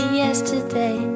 yesterday